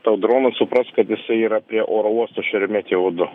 tau dronas supras kad jisai yra apie oro uosto šeremetjevo du